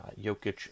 Jokic